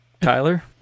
Tyler